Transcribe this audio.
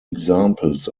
examples